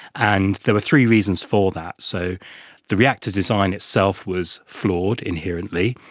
and there were three reasons for that. so the reactor design itself was flawed inherently.